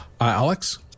Alex